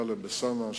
טלב אלסאנע,